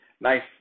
nice